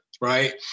right